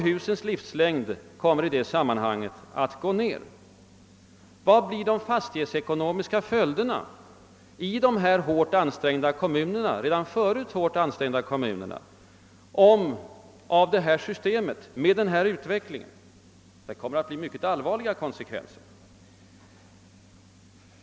Husens livslängd kommer i det sammanhanget att minska. Vilka blir de fastighetsekonomiska följderna i de redan förut hårt ansträngda kommunerna vid en sådan utveckling? Jo, konsekvenserna kommer att bli mycket allvarliga.